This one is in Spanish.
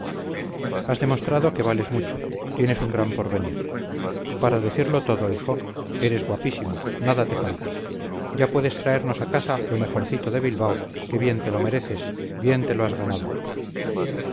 has demostrado que vales mucho tienes un gran porvenir para decirlo todo hijo eres guapísimo nada te falta ya puedes traernos a casa lo mejorcito de bilbao que bien te lo mereces bien te lo has ganado